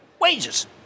wages